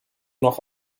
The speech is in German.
noch